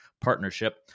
partnership